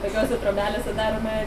tokiose trobelėse darome